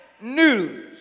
news